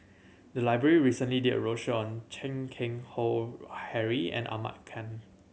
the library recently did a roadshow on Chan Keng Howe Harry and Ahmad Khan